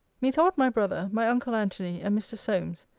methought my brother, my uncle antony, and mr. solmes,